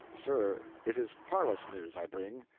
sir, it is parlous news i bring,